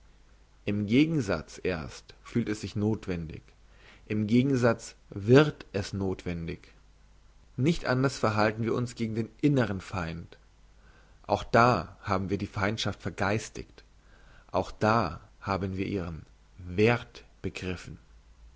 im gegensatz erst fühlt es sich nothwendig im gegensatz wird es erst nothwendig nicht anders verhalten wir uns gegen den inneren feind auch da haben wir die feindschaft vergeistigt auch da haben wir ihren werth begriffen